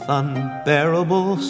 unbearable